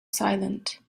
silent